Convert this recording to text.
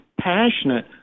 passionate